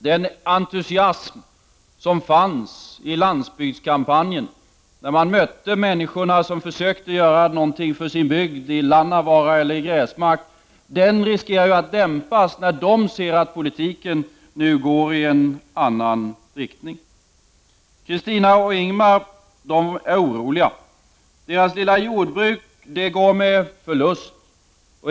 Den entusiasm som fanns i landsbygdskampanjen, t.ex. hos människor som försökte göra något för sin bygd i Lannavaara eller i Gräsmark, riskerar att dämpas när dessa människor ser att politiken går i en annan riktning. Krestina och Ingemar är oroliga. Deras lilla jordbruk går med förlust.